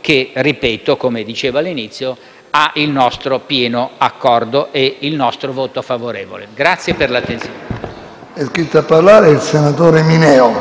che, ripeto, come dicevo all'inizio, ha il nostro pieno accordo e il nostro voto favorevole. *(Applausi del